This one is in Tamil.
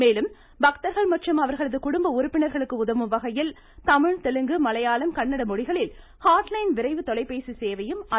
மேலும் பக்தர்கள் மற்றும் அவர்களது குடும்ப உறுப்பினர்களுக்கு உதவும் வகையில் தமிழ் தெலுங்கு மலையாளம் கன்னட மொழிகளில் ஹாட்லைன் விரைவு தொலைபேசி சேவையும் அறிமுகம் செய்யப்பட்டுள்ளது